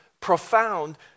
profound